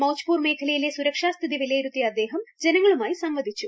മൌജ്പൂർ മേഖലയിലെ സുരക്ഷാ സ്ഥിതി വിലയിരുത്തിയ അദ്ദേഹം ജനങ്ങളുമായി സംവദിച്ചു